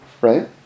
right